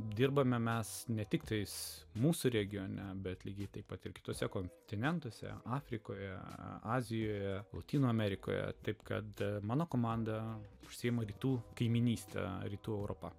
dirbame mes ne tik tais mūsų regione bet lygiai taip pat ir kituose kontinentuose afrikoje azijoje lotynų amerikoje taip kada mano komanda užsiima rytų kaimynystę rytų europa